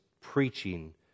preaching